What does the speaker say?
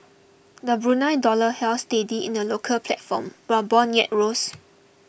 the Brunei dollar held steady in the local platform while bond yields rose